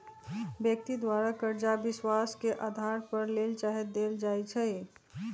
व्यक्ति द्वारा करजा विश्वास के अधार पर लेल चाहे देल जाइ छइ